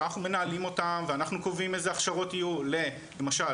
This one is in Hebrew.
שאנחנו מנהלים אותן ואנחנו קובעים איזה הכשרות יהיו למשל,